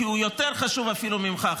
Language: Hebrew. כי הוא יותר חשוב אפילו ממך,